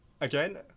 again